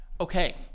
Okay